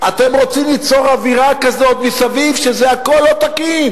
אתם רוצים ליצור אווירה כזאת מסביב שזה הכול לא תקין,